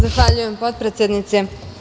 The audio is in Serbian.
Zahvaljujem potpredsednice.